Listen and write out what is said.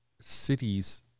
cities